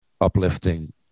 uplifting